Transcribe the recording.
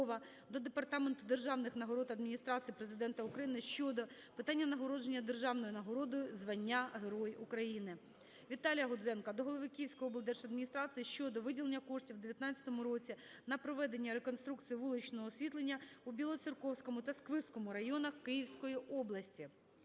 до Департаменту державних нагород Адміністрації Президента України щодо питання нагородження державною нагородою - звання Герой України. Віталія Гудзенка до голови Київської облдержадміністрації щодо виділення коштів у 19-му році на проведення реконструкції вуличного освітлення в Білоцерківському та Сквирському районах Київської області.